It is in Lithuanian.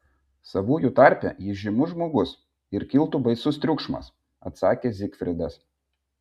savųjų tarpe jis žymus žmogus ir kiltų baisus triukšmas atsakė zigfridas